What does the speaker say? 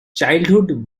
childhood